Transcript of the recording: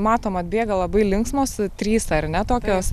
matom atbėga labai linksmos trys ar ne tokios